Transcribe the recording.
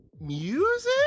music